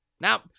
Now